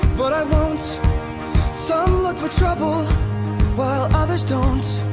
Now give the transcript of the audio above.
but i won't some look for trouble while others don't